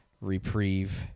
reprieve